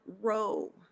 row